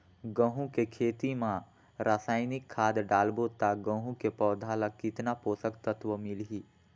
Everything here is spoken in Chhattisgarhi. गंहू के खेती मां रसायनिक खाद डालबो ता गंहू के पौधा ला कितन पोषक तत्व मिलही?